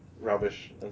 rubbish